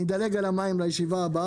אני אדלג על המים לישיבה הבאה.